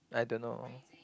I don't know